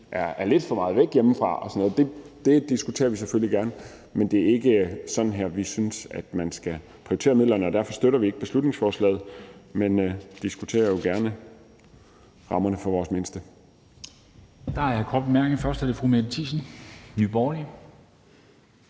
er lidt for meget væk hjemmefra og sådan noget, tager vi selvfølgelig gerne. Men det er ikke sådan her, vi synes at man skal prioritere midlerne, og derfor støtter vi ikke beslutningsforslaget. Men vi diskuterer jo gerne rammerne for vores mindste.